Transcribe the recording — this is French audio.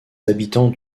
habitants